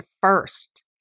first